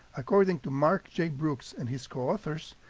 according to mark j. brooks and his co-authors,